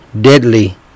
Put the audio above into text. deadly